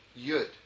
Yud